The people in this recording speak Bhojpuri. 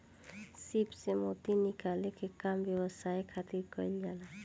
सीप से मोती निकाले के काम व्यवसाय खातिर कईल जाला